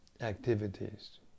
activities